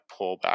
pullback